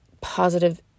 positive